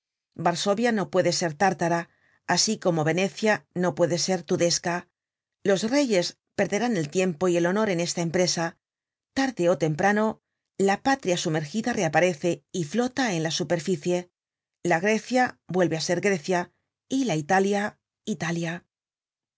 varsovia no puede ser tártara asi como venecia no puede ser tudesca los reyes perderán el tiempo y el honor en esta empresa tarde ó temprano la patria sumergida reaparece y flota en la superficie la grecia vuelve á ser grecia y la italia italia